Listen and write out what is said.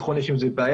נכון שיש עם זה בעיה,